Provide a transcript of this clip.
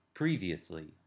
Previously